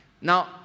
Now